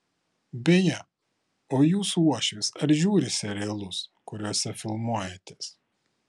beje o jūsų uošvis ar žiūri serialus kuriose filmuojatės